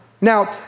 Now